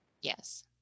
Yes